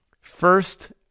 First